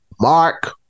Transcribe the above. Mark